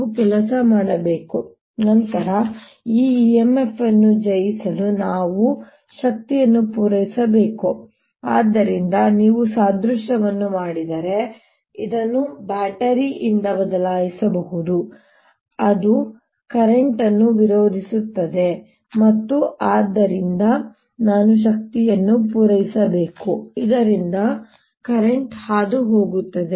ನಾವು ಕೆಲಸ ಮಾಡಬೇಕು ನಂತರ ಈ EMF ಅನ್ನು ಜಯಿಸಲು ನಾವು ಶಕ್ತಿಯನ್ನು ಪೂರೈಸಬೇಕು ಆದ್ದರಿಂದ ನೀವು ಸಾದೃಶ್ಯವನ್ನು ಮಾಡಿದರೆ ಇದನ್ನು ಬ್ಯಾಟರಿಯಿಂದ ಬದಲಾಯಿಸಬಹುದು ಅದು ಕರೆಂಟ್ ಅನ್ನು ವಿರೋಧಿಸುತ್ತದೆ ಮತ್ತು ಆದ್ದರಿಂದ ನಾನು ಶಕ್ತಿಯನ್ನು ಪೂರೈಸಬೇಕು ಇದರಿಂದಾಗಿ ಕರೆಂಟ್ ಹಾದುಹೋಗುತ್ತದೆ